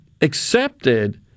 accepted